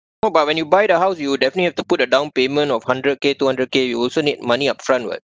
no but when you buy the house you'll definitely have to put the down payment of hundred K two hundred K you also need money upfront [what]